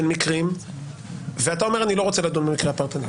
מקרים ואתה אומר אני לא רוצה לדון במקרה הפרטני,